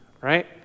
right